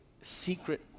secret